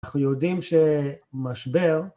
אנחנו יודעים שמשבר.